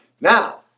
Now